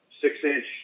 six-inch